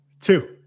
Two